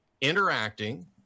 interacting